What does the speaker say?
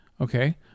Okay